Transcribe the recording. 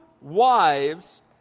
wives